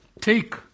take